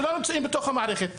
שלא נמצאים בתוך מערכת החינוך.